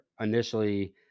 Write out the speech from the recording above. Initially